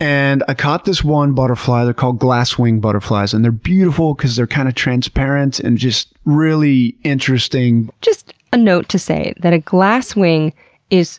and a caught this one butterfly. they're called glasswing butterflies and they're beautiful because they're kind of transparent and just really interesting. just a note to say that a glasswing is